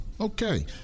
Okay